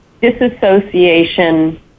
disassociation